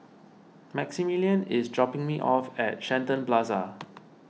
Maximilian is dropping me off at Shenton Plaza